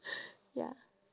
ya